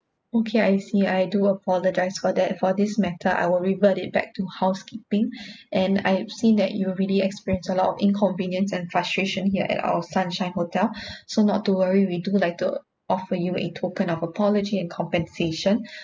okay I see I do apologize for that for this matter I will revert it back to housekeeping and I have seen that you really experienced a lot of inconvenience and frustration here at our sunshine hotel so not to worry we do like to offer you a token of apology and compensation